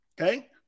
Okay